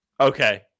Okay